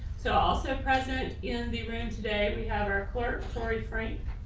so also present in the room today we have our clerk tory frank,